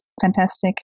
Fantastic